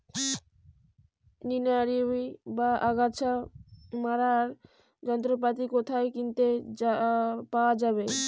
নিড়ানি বা আগাছা মারার যন্ত্রপাতি কোথায় কিনতে পাওয়া যাবে?